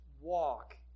walk